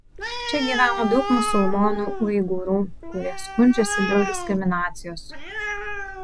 čia gyvena daug musulmonų uigūrų kurie skundžiasi dėl diskriminacijos